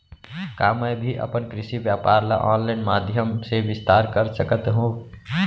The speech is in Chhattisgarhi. का मैं भी अपन कृषि व्यापार ल ऑनलाइन माधयम से विस्तार कर सकत हो?